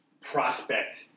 prospect